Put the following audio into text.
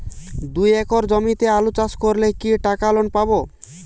দুই একর জমিতে আলু চাষ করলে কি টাকা লোন পাবো?